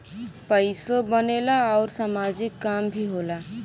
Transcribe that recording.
पइसो बनेला आउर सामाजिक काम भी होला